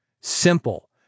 simple